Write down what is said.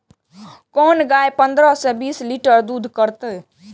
कोन गाय पंद्रह से बीस लीटर दूध करते?